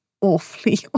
awfully